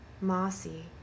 mossy